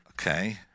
Okay